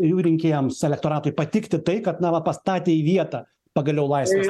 jų rinkėjams elektoratui patikti tai kad na va pastatė į vietą pagaliau laisvės